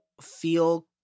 feel